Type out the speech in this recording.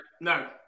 No